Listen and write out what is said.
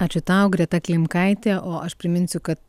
ačiū tau greta klimkaitė o aš priminsiu kad